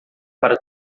para